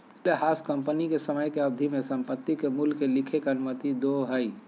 मूल्यह्रास कंपनी के समय के अवधि में संपत्ति के मूल्य के लिखे के अनुमति दो हइ